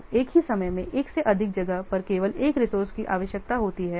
तो एक ही समय में 1 से अधिक जगह पर केवल 1 रिसोर्से की आवश्यकता होती है